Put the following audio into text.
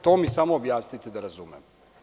To mi samo objasnite da razumem.